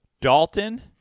Dalton